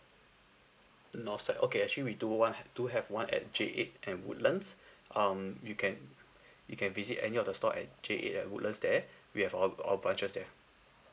north side okay actually we do one ha~ do have one at J eight at woodlands um you can you can visit any of the store at J eight at woodlands there we have our our branches there